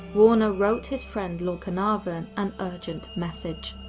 warner wrote his friend lord carnarvon an urgent message